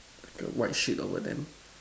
like a white sheep over them